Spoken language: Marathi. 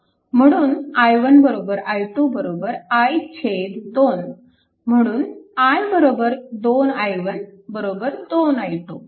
म्हणून i1 i2 i2 म्हणून i 2 i1 2 i2